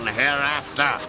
hereafter